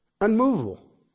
Unmovable